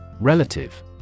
Relative